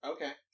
Okay